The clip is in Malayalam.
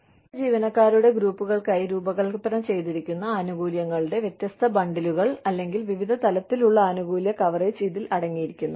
വിവിധ ജീവനക്കാരുടെ ഗ്രൂപ്പുകൾക്കായി രൂപകൽപ്പന ചെയ്തിരിക്കുന്ന ആനുകൂല്യങ്ങളുടെ വ്യത്യസ്ത ബണ്ടിലുകൾ അല്ലെങ്കിൽ വിവിധ തലത്തിലുള്ള ആനുകൂല്യ കവറേജ് ഇതിൽ അടങ്ങിയിരിക്കുന്നു